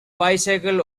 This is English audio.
bicycle